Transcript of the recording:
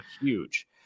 huge